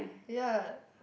ya